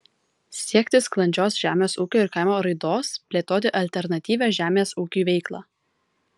siekti sklandžios žemės ūkio ir kaimo raidos plėtoti alternatyvią žemės ūkiui veiklą